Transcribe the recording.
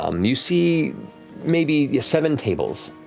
um you see maybe seven tables,